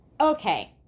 Okay